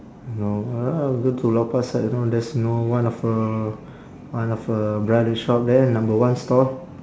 know uh go to lau pa sat you know there's know one of a one of a brother shop there number one stall